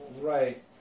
Right